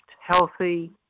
healthy